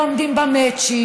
והם לא עומדים במצ'ינג.